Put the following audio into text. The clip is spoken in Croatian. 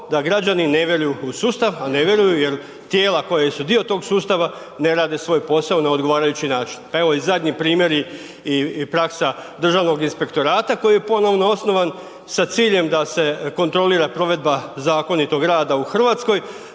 da građani ne vjeruju u sustav, a ne vjeruju jer tijela koja su dio tog sustava ne rade svoj postao na odgovarajući način. Pa evo i zadnji primjeri i praksa Državnog inspektorata koji je ponovno osnovan sa ciljem da se kontrolira provedba zakonitog rada u Hrvatskoj,